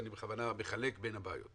ואני בכוונה מחלק בין הבעיות,